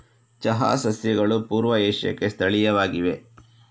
ಚಹಾ ಸಸ್ಯಗಳು ಪೂರ್ವ ಏಷ್ಯಾಕ್ಕೆ ಸ್ಥಳೀಯವಾಗಿವೆ